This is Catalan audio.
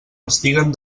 estiguen